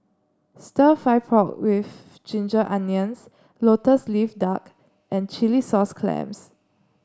stir fry pork with Ginger Onions lotus leaf duck and Chilli Sauce Clams